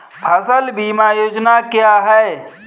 फसल बीमा योजना क्या है?